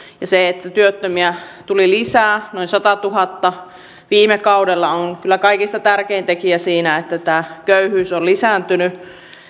ja se että työttömiä tuli lisää noin satatuhatta viime kaudella on kyllä kaikista tärkein tekijä siinä että tämä köyhyys on lisääntynyt